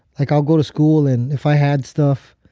like, i'll go to school and if i had stuff,